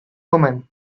woman